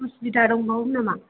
असुबिदा दंबावोमोन नामा